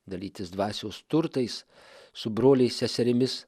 dalytis dvasios turtais su broliais seserimis